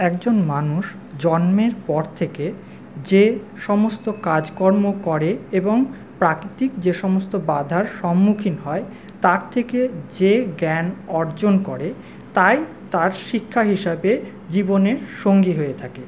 একজন মানুষ জন্মের পর থেকে যে সমস্ত কাজকর্ম করে এবং প্রাকৃতিক যে সমস্ত বাধার সম্মুখীন হয় তার থেকে যে জ্ঞান অর্জন করে তাই তার শিক্ষা হিসাবে জীবনের সঙ্গী হয়ে থাকে